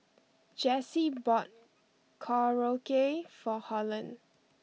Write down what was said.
Jesse bought Korokke for Holland